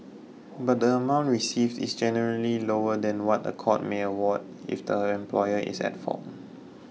but the amount received is generally lower than what a court may award if the employer is at fault